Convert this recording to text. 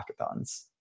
hackathons